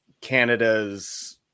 Canada's